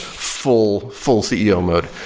full full ceo mode.